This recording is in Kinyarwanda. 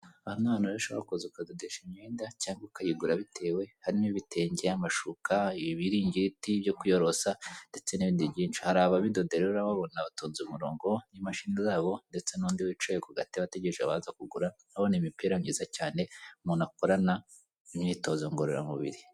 Aha ni ahantu rero ushobora kuza ukazadesha imyenda cyangwa ukayigura bitewe harimo ibitenge, amashuka, ibiringiti byo kwiyorosa ndetse n'ibindi byinshi. Hari ababidoda rero urababona batonze umurongo n'imashini zabo ndetse n'undi wicaye ku gateba ategereje bazaza kugura ndabona imipira myiza cyane umuntu akorana imyitozo ngororamubiri.